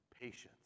patience